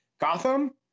Gotham